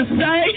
say